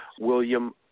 William